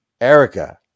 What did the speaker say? Erica